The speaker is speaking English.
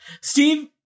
Steve